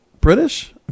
British